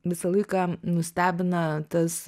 visą laiką nustebina tas